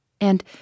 And